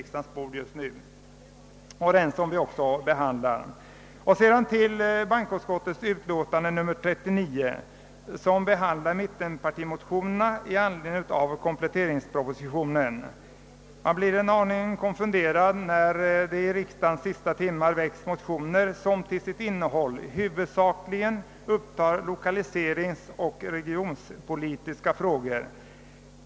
Så till bankoutskottets utlåtande nr 39, som behandlar mittenpartimotionerna i anledning av kompletteringspropositionen. Man blir en aning konfunderad när det i vårsessionens sista timmar väcks motioner som huvudsakligen upptar lokaliseringsoch regionpolitiska frågor.